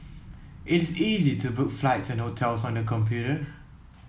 it is easy to book flights and hotels on the computer